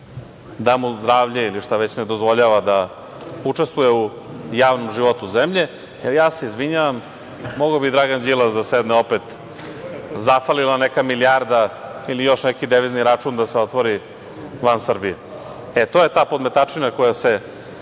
da mu zdravlje, ili šta već ne dozvoljava da učestvuje u javnom životu zemlje. Jer, ja se izvinjavam, mogao bi Dragan Đilas da sedne opet, zafalila je neka milijarda ili još neki devizni račun da se otvori van Srbije.E, to je ta podmetačina koja se